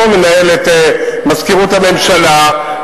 אני לא מנהל את מזכירות הממשלה,